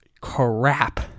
crap